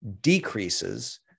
decreases